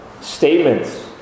statements